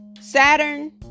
Saturn